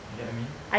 get what I mean